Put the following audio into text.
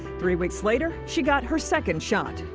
three weeks later, she got her second shot.